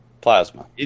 plasma